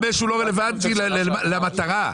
לא רלוונטי למטרה.